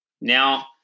Now